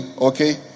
okay